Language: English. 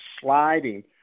sliding